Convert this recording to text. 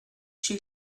she